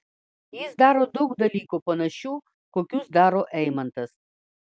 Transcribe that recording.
jis daro daug dalykų panašių kokius daro eimantas